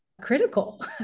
critical